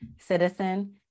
citizen